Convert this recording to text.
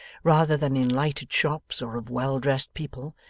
rather than in lighted shops or of well-dressed people,